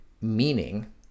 meaning